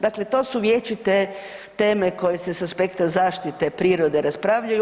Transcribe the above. Dakle, to su vječite teme koje se s aspekta zaštite prirode raspravljaju.